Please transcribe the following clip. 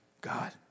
God